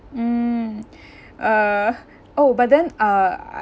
mm uh oh but then uh I